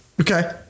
Okay